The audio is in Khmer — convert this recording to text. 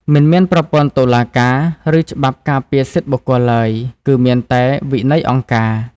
មិនមានប្រព័ន្ធតុលាការ ឬច្បាប់ការពារសិទ្ធិបុគ្គលឡើយ គឺមានតែ «វិន័យអង្គការ»។